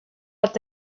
att